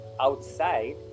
outside